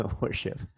worship